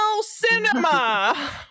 Cinema